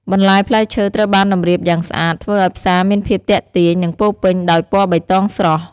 បន្លែ ផ្លែឈើ ត្រូវបានតម្រៀបយ៉ាងស្អាត ធ្វើឱ្យផ្សារមានភាពទាក់ទាញ និងពោរពេញដោយពណ៌បៃតងស្រស់។